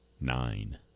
nine